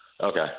Okay